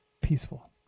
peaceful